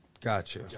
Gotcha